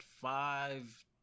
five